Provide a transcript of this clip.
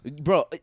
Bro